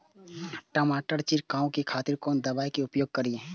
टमाटर छीरकाउ के खातिर कोन दवाई के उपयोग करी?